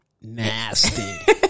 nasty